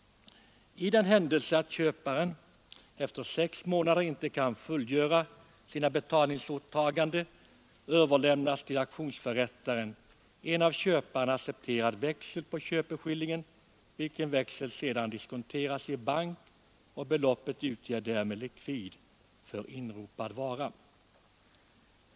I den händelse att köparen efter sex månader inte kan fullgöra sina betalningsåtaganden överlämnas till auktionsförrättaren en av köparen accepterad växel på köpeskillingen, vilken växel sedan diskonteras i bank, och beloppet utgör därvid likvid för inropad vara.